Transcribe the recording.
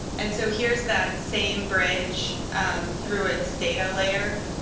and so here's that same bridge through its data layer.